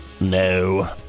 no